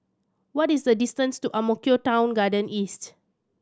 what is the distance to Ang Mo Kio Town Garden East